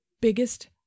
biggest